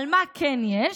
אבל מה כן יש,